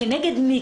כנגד מי?